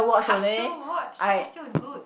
Casio watch Casio is good